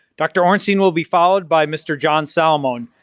dr. orenstein will be followed by mr. john salamone.